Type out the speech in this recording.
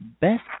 Best